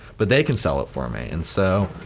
but they can sell it for me. and so,